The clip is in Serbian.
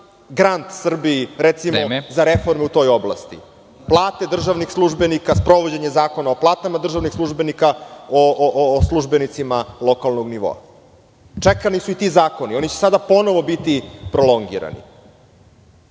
grand Srbiji, recimo za reformu…(Predsednik: Vreme.)… u toj oblasti. Plate državnih službenika, sprovođenje Zakona o platama državnih službenika, o službenicima lokalnog nivoa. Čekani su i ti zakoni. Oni će sada ponovo biti prolongirani